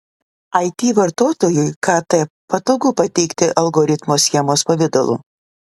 it vartotojui kt patogu pateikti algoritmo schemos pavidalu